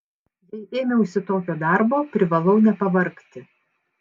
jei ėmiausi tokio darbo privalau nepavargti